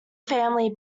family